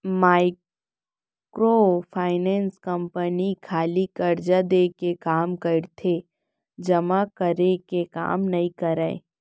micro finance company खाली करजा देय के काम करथे जमा करे के काम नइ करय